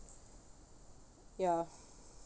ya